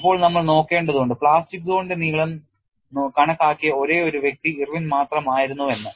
ഇപ്പോൾ നമ്മൾ നോക്കേണ്ടതുണ്ട് പ്ലാസ്റ്റിക് സോണിന്റെ നീളം കണക്കാക്കിയ ഒരേയൊരു വ്യക്തി ഇർവിൻ മാത്രമായിരുന്നോ എന്ന്